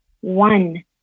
one